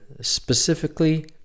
specifically